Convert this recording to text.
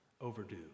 overdue